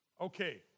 Okay